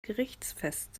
gerichtsfest